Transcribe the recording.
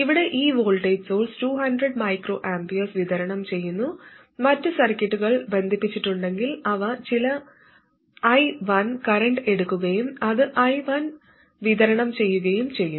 ഇവിടെ ഈ voltage source 200 µA വിതരണം ചെയ്യുന്നു മറ്റ് സർക്യൂട്ടുകൾ ബന്ധിപ്പിച്ചിട്ടുണ്ടെങ്കിൽ അവ ചില I1 കറന്റ് എടുക്കുകയും അത് I1 വിതരണം ചെയ്യുകയും ചെയ്യും